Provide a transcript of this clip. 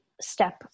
step